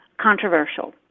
controversial